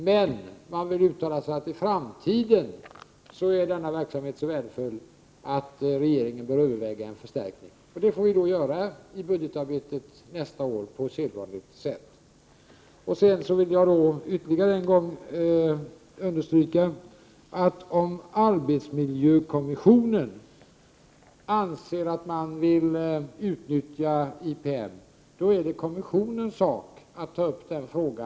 Men man uttalar att inför framtiden är denna verksamhet så värdefull att regeringen bör överväga en förstärkning av IPM:s resurser. Detta får vi göra i budgetarbetet nästa år på sedvanligt sätt. Jag vill ytterligare en gång understryka, att om arbetsmiljökommissionen anser att man vill utnyttja IPM är det kommissionens sak att ta upp den frågan.